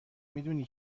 میدونم